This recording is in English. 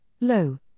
low